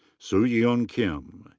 so-yeon kim.